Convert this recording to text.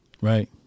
Right